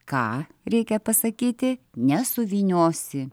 ką reikia pasakyti nesuvyniosi